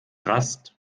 rast